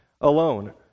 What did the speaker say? alone